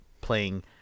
playing